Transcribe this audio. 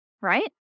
right